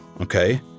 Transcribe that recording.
Okay